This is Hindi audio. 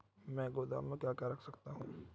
मैं गोदाम में क्या क्या रख सकता हूँ?